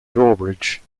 drawbridge